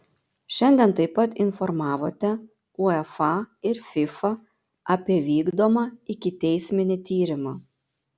šiandien taip pat informavote uefa ir fifa apie vykdomą ikiteisminį tyrimą